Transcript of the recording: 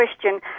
question